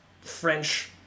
French